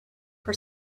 per